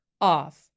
off